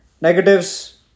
negatives